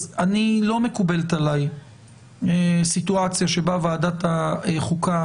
לא מקובלת עליי סיטואציה שבה ועדת החוקה